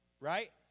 right